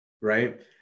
Right